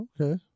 Okay